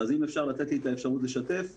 אני מראה לכם פה נתון שהוצאנו מתוך מערכת המית"ר,